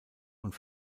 und